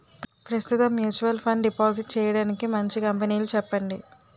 ప్రస్తుతం mutual fund deposit చేయడానికి మంచి కంపెనీలు చెప్పండి